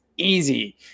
easy